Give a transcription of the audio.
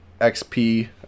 XP